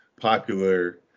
popular